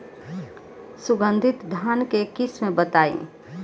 सुगंधित धान के किस्म बताई?